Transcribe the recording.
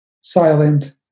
silent